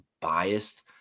biased